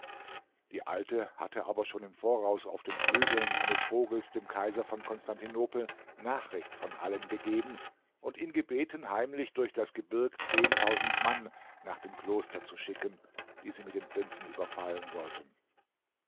die alte hatte aber schon zum voraus auf den flügeln eines vogels dem kaiser von konstantinopel nachricht von allem gegeben und ihn gebeten heimlich durch das gebirg zehntausend mann nach dem kloster zu schicken die sie mit den prinzen überfallen sollten